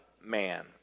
man